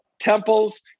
temples